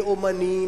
באמנים,